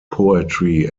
poetry